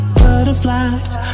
butterflies